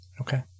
Okay